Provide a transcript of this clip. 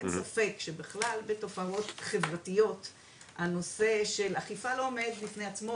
ואין ספק שבכלל לתופעות חברתיות הנושא של אכיפה לא עומד בפני עצמו,